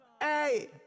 Hey